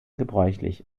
gebräuchlich